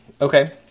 Okay